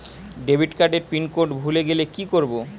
Debit card এর pin code ভুলে গেলে কি করব?